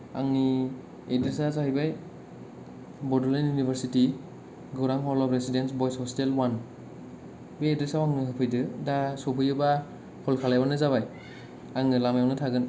आंनि एद्रेसा जाहैबाय बड'लेण्ड इउनिभार्सेति गौरां hall of residence boys hostel अवान बे एद्रेसाव आंनो होफैदो दा सफैयोबा कल खालायबानो जाबाय आङो लामायावनो थागोन